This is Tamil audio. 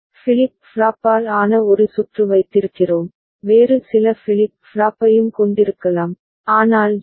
ஃபிளிப் ஃப்ளாப்பால் ஆன ஒரு சுற்று வைத்திருக்கிறோம் வேறு சில ஃபிளிப் ஃப்ளாப்பையும் கொண்டிருக்கலாம் ஆனால் ஜே